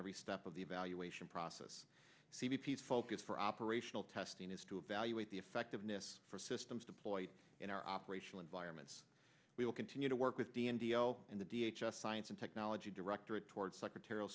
every step of the evaluation process c b p's focus for operational testing is to evaluate the effectiveness for systems deployed in our operational environments we will continue to work with d m d and the d h the science and technology directorate towards secretarial